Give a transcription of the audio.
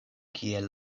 kiel